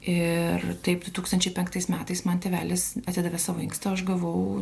ir taip du tūkstančiai penktais metais man tėvelis atidavė savo inkstą aš gavau